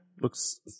looks